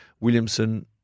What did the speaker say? Williamson